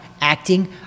acting